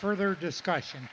further discussion